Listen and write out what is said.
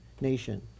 nation